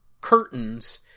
curtains